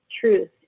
truth